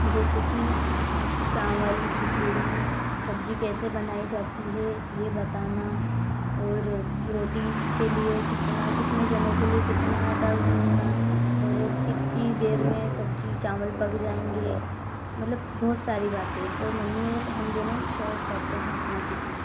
जैसे कि चावल खिचड़ी सब्जी कैसे बनाई जाती है ये बताना और रोटी के लिए कितना कितने जनों के लिए कितना आटा गूंथना और कितनी देर में सब्जी चावल पक जाएँगे मतलब बहुत सारी बातें और मम्मी और हम दोनों शेयर करते हैं अपना किचन